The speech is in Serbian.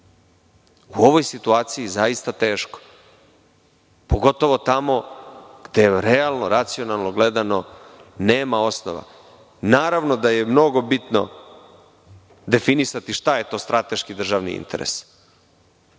ovoj situaciji zaista teško, pogotovo tamo gde realno, racionalno gledano nema osnova. Naravno da je mnogo bitno definisati šta je to strateški državni interes.